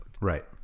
Right